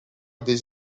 des